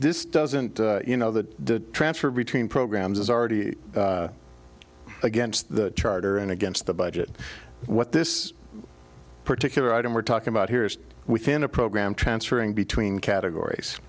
this doesn't you know the transfer between programs is already against the charter and against the budget what this particular item we're talking about here is within a program transferring between categories